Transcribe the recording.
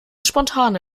spontane